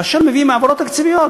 כאשר מביאים העברות תקציביות.